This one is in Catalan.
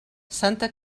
santa